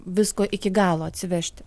visko iki galo atsivežti